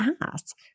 ask